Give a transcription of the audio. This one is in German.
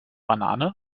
banane